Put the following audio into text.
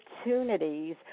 opportunities